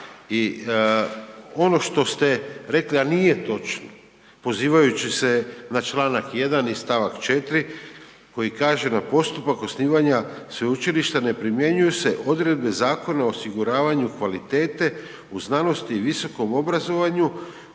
I ono što ste rekli, a nije točno, pozivajući se na čl. 1. i st. 4. koji kaže na postupak osnivanja sveučilišta ne primjenjuju se odredbe Zakona o osiguravanju kvalitete u znanosti i visokom obrazovanju